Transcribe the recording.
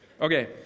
Okay